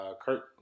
Kurt